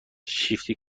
شیفتی